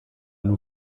nur